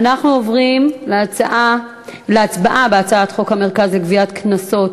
אנחנו עוברים להצבעה על הצעת חוק המרכז לגביית קנסות,